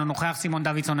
אינו נוכח סימון דוידסון,